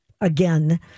again